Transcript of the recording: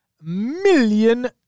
million